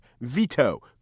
veto